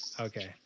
okay